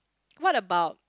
what about